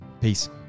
Peace